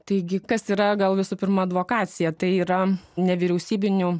taigi kas yra gal visų pirma advokacija tai yra nevyriausybinių